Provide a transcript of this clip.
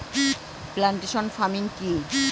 Plantation farming কি?